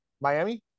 Miami